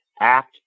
act